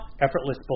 effortless